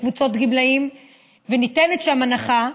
לקבוצות גמלאים ניתנת שם הנחה,